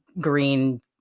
green